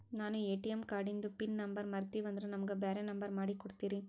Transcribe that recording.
ನಾನು ಎ.ಟಿ.ಎಂ ಕಾರ್ಡಿಂದು pin number ಮರತೀವಂದ್ರ ನಮಗ ಬ್ಯಾರೆ ನಂಬರ್ ಮಾಡಿ ಕೊಡ್ತೀರಿ?